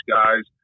guys